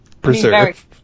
preserve